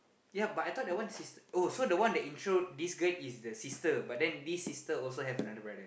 yup but I thought the one sis oh so the one that intro this girl is the sister but then this sister also have another brother